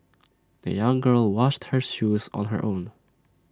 the young girl washed her shoes on her own